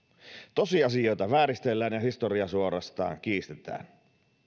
tosiasioita vääristellään ja historia suorastaan kiistetään